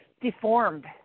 deformed